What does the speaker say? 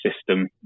system